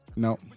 No